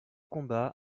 combat